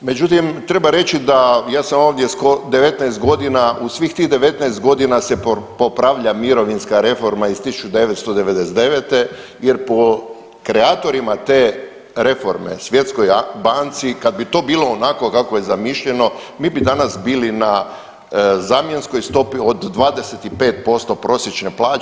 Međutim, treba reći da ja sam ovdje 19 godina, u svih tih 19 godina se popravlja mirovinska reforma iz 1999. jer po kreatorima reforme Svjetskoj banci kad bi to bilo onako kako je zamišljeno mi bi danas bili na zamjenskoj stopi od 25% prosječne plaće.